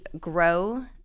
grow